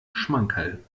schmankerl